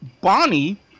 Bonnie